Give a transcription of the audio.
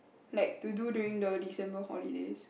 like to do during the December holidays